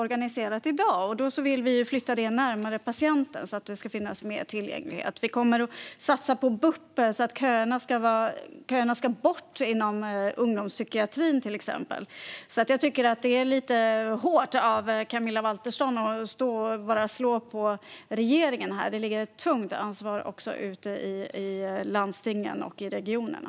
Vi vill flytta detta närmare patienten så att tillgängligheten ska bli bättre. Vi kommer också att satsa på BUP - köerna ska bort inom ungdomspsykiatrin, till exempel. Jag tycker att det är lite hårt av Camilla Waltersson att bara slå på regeringen här. Det ligger också ett tungt ansvar ute i landstingen och i regionerna.